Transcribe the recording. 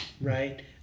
right